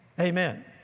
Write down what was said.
Amen